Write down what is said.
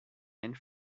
and